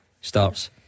Starts